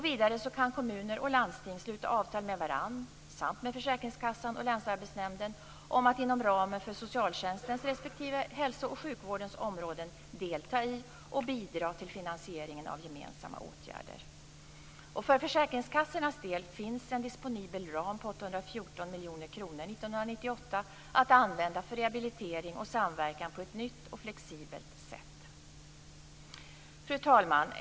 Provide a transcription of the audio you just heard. Vidare kan kommuner och landsting sluta avtal med varandra samt med försäkringskassan och länsarbetsnämnden om att inom ramen för socialtjänstens respektive hälso och sjukvårdens områden delta i och bidra till finansieringen av gemensamma åtgärder. För försäkringskassornas del finns en disponibel ram på 814 miljoner kronor 1998 att använda för rehabilitering och samverkan på ett nytt och flexibelt sätt. Fru talman!